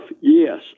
yes